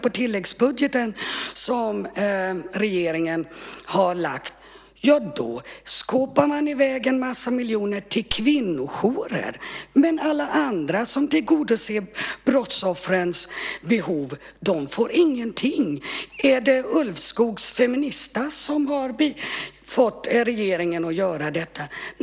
I tilläggsbudgeten som regeringen har lagt fram skåpar man i väg en massa miljoner till kvinnojourer, men alla andra som tillgodoser brottsoffrens behov får ingenting. Är det Ulvskogs Feministas som har fått regeringen att göra detta?